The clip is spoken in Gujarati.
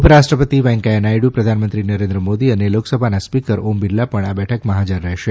ઉપરાષ્ટ્રપતિ વેંકૈયા નાયડુ પ્રધાનમંત્રી નરેન્દ્ર મોદી અને લોકસભાના સ્પીકર ઓમ બિરલા પણ આ બેઠકમાં હાજર રહેશે